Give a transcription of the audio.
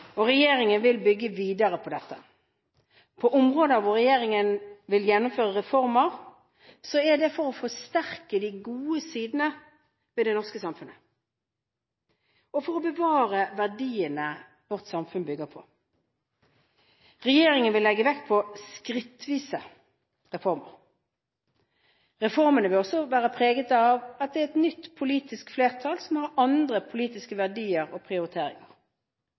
Regjeringen vil bygge videre på dette. På områder hvor regjeringen vil gjennomføre reformer, er det for å forsterke de gode sidene ved det norske samfunnet og for å bevare verdiene vårt samfunn bygger på. Regjeringen vil legge vekt på skrittvise reformer. Reformene vil også være preget av at det er et nytt politisk flertall som har andre politiske verdier og prioriteringer.